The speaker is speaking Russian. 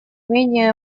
менее